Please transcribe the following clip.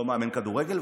לא מאמן כדורגל,